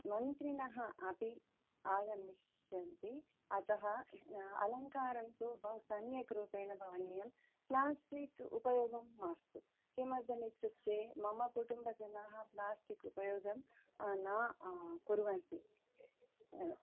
मन्त्रिनः अपि आगमिष्यन्ति अतः अलङ्कारन्तु बहुसम्यक्रूपेण भवनीयं प्लास्टिक् उपयोगं मास्तु किमर्थम् इत्युक्ते मम कुटुम्बजनाः प्लास्टिक् उपयोगं न कुर्वन्ति